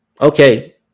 okay